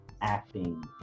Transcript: acting